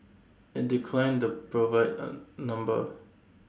IT declined to provide A number